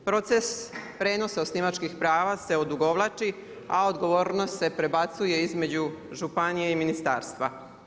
Proces prenosa osnivačkih prava se odugovlači a odgovornost se prebacuje između županije i ministarstva.